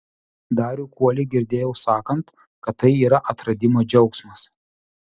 darių kuolį girdėjau sakant kad tai yra atradimo džiaugsmas